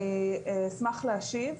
אני אשמח להשיב,